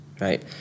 right